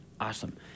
awesome